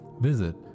visit